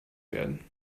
werden